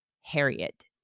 Harriet